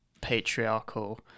patriarchal